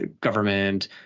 government